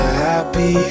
happy